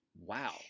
Wow